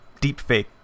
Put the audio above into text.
deepfake